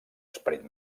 esperit